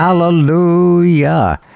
Hallelujah